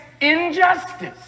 injustice